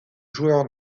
joueurs